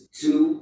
two